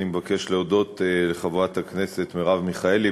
אני מבקש להודות לחברת הכנסת מרב מיכאלי,